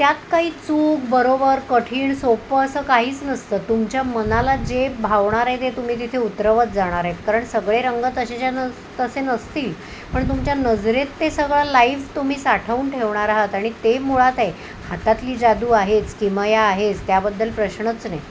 त्यात काही चूक बरोबर कठीण सोप्पं असं काहीच नसतं तुमच्या मनाला जे भावणारे ते तुम्ही तिथे उतरवत जाणार कारण सगळे रंग तशेच्या नस तसे नसतील पण तुमच्या नजरेत ते सगळं लाईफ तुम्ही साठवून ठेवणार आहात आणि ते मुळात आहे हातातली जादू आहेच किमया आहेच त्याबद्दल प्रश्नच नाही